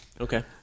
okay